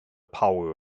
power